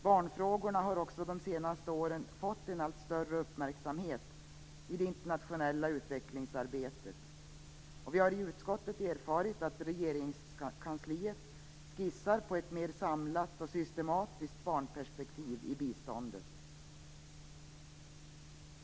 Barnfrågorna har också de senaste åren fått en allt större uppmärksamhet i det internationella utvecklingsarbetet. Vi har i utskottet erfarit att Regeringskansliet skissar på ett mer samlat och systematiskt barnperspektiv i biståndet.